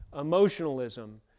emotionalism